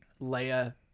Leia